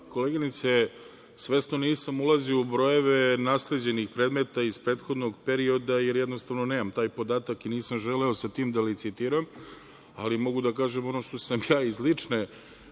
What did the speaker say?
ja svesno nisam ulazio u brojeve nasleđenih predmeta iz prethodnog perioda, jer jednostavno nemam taj podatak i nisam želeo sa tim da licitiram, ali mogu da kažem ono što sam ja iz lične